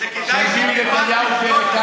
אתה יודע מה צייצו בטוויטר?